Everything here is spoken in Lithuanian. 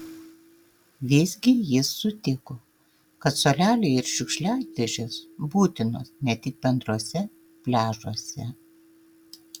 vis gi jis sutiko kad suoleliai ir šiukšliadėžės būtinos ne tik bendruose pliažuose